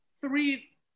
three